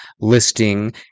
listing